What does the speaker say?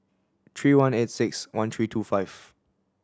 three one eight six one three two five